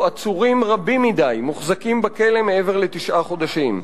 עצורים רבים מדי מוחזקים בכלא מעבר לתשעה חודשים.